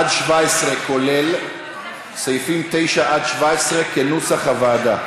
כולל, כנוסח הוועדה.